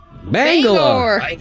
Bangalore